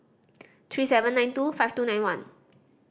three seven nine two five two nine one